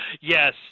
Yes